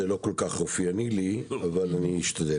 זה לא כל כך אופייני לי אבל אני אשתדל.